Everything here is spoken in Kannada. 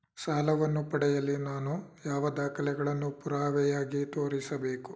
ಸಾಲವನ್ನು ಪಡೆಯಲು ನಾನು ಯಾವ ದಾಖಲೆಗಳನ್ನು ಪುರಾವೆಯಾಗಿ ತೋರಿಸಬೇಕು?